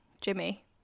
Jimmy